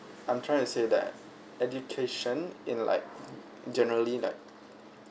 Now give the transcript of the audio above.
I'm trying to say that education in like generally like